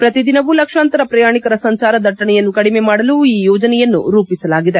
ಪ್ರತಿದಿನವೂ ಲಕ್ಷಾಂತರ ಪ್ರಯಾಣಿಕರ ಸಂಚಾರ ದಟ್ಟಣೆಯನ್ನು ಕಡಿಮೆ ಮಾಡಲು ಈ ಯೋಜನೆಯನ್ನು ರೂಪಿಸಲಾಗಿದೆ